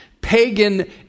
pagan